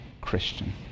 Christian